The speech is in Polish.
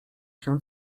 się